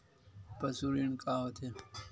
पशु ऋण का होथे?